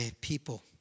people